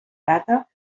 data